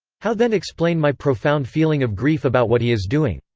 how then explain my profound feeling of grief about what he is doing?